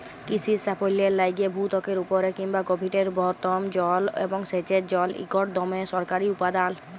কিসির সাফল্যের লাইগে ভূত্বকের উপরে কিংবা গভীরের ভওম জল এবং সেঁচের জল ইকট দমে দরকারি উপাদাল